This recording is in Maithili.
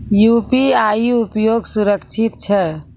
यु.पी.आई उपयोग सुरक्षित छै?